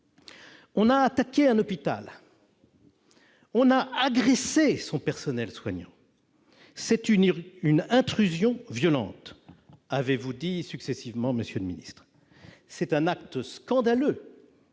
On a attaqué un hôpital »,« on a agressé son personnel soignant »,« c'est une intrusion violente », avez-vous dit successivement, monsieur le ministre. « C'est un acte scandaleux